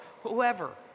whoever